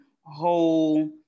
whole